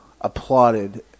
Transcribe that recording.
applauded